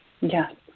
Yes